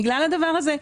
בגלל הדבר הזה.